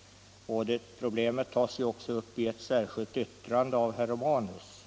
— och problemet tas ju också upp i ett särskilt yttrande av herr Romanus.